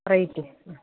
rate